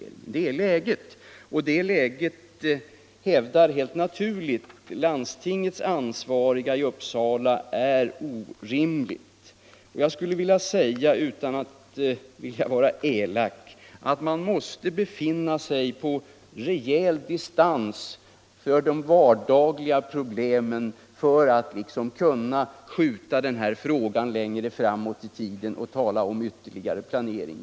Och att det är ett orimligt Jäge hävdar helt naturligt landstingsansvariga i Uppsala. Man måste befinna sig på en rejäl distans från de vardagliga problemen för att kunna skjuta frågan längre framåt i tiden och tala om ytterligare planering.